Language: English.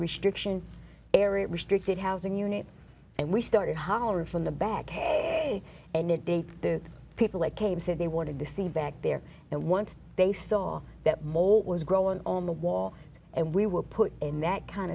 restriction area restricted housing unit and we started hollering from the back hey and the people that came said they wanted to see back there and once they saw that mold was growing on the wall and we were put in that kind